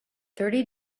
thirty